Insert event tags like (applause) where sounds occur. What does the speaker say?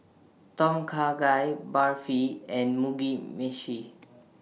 Tom Kha Gai Barfi and Mugi Meshi (noise)